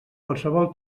qualsevol